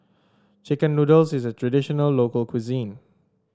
chicken noodles is a traditional local cuisine